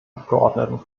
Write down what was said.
abgeordneten